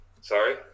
Sorry